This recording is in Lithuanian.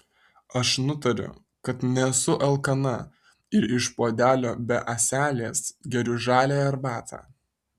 aš nutariu kad nesu alkana ir iš puodelio be ąselės geriu žaliąją arbatą